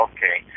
Okay